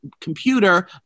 computer